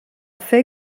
fer